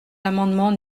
l’amendement